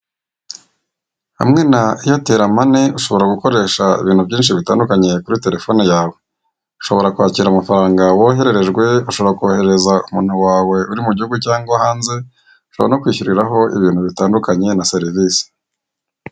Hamwe na eyetere mane ushobora gukoresha ibintu byinshi bitandukanye kuri terefone yawe, ushobora kwakira amafaranga wohererejwe, ushobora koherereza ku muntu wawe uri mu gihugi cyangwa hanze, ushobora no kwishyuriraho ibintu bitandukanye na serivisi